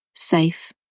safe